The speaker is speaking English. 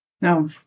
No